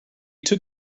took